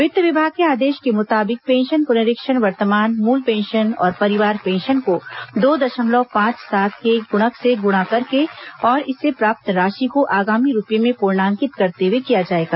वित्त विभाग के आदेश के मुताबिक पेंशन पुनरीक्षण वर्तमान मूल पेंशन और परिवार पेंशन को दो दशमलव पांच सात के गुणक से गुणा करके और इससे प्राप्त राशि को आगामी रूपये में पूर्णांकित करते हुए किया जाएगा